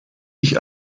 sich